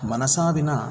मनसा विना